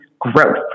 growth